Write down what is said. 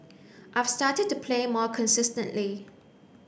I've started to play more consistently